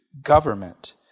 Government